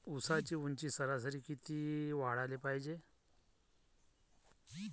ऊसाची ऊंची सरासरी किती वाढाले पायजे?